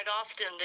often